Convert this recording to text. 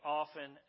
often